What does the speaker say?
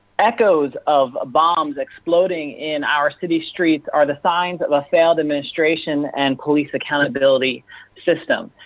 echoes of bombs exploding in our city streets are the science of a failed administration and police accountability system.